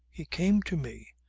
he came to me.